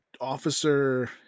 officer